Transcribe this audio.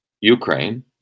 Ukraine